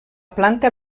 planta